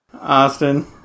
Austin